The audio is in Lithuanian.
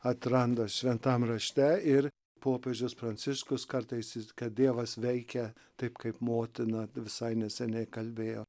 atranda šventam rašte ir popiežius pranciškus kartais jis kad dievas veikia taip kaip motina visai neseniai kalbėjo